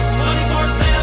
24-7